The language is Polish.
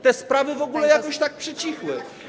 Te sprawy w ogóle jakoś tak przycichły.